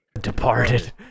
Departed